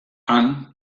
han